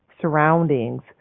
surroundings